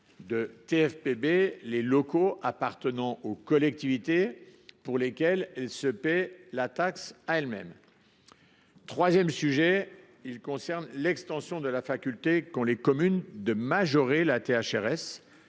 de TFPB les locaux appartenant aux collectivités pour lesquels celles ci se paient la taxe à elles mêmes. Le troisième sujet a trait à l’extension de la faculté qu’ont les communes de majorer la THRS,